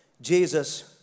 Jesus